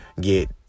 get